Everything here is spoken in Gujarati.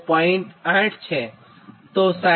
8 છે તો sin𝛿𝑅0